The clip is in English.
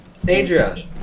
Adria